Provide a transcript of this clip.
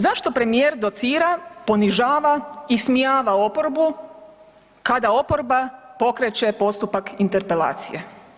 Zašto premijer docira, ponižava, ismijava oporbu kada oporba pokreće postupak interpelacije?